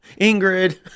Ingrid